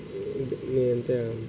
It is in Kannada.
ಇದು ಎಂತ ಏಳು